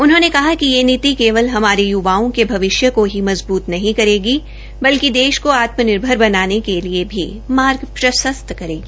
उन्होंने कहा कि यह नीति केवल हमारे युवाओं के भविष्य को ही मजबूत नरहीं करेगी बल्कि देश को आत्म निर्मर बनाने के लिए भी मार्ग प्रशस्त करेगी